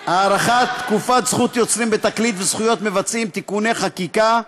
הארכת תקופת זכות יוצרים בתקליט וזכויות מבצעים (תיקוני חקיקה),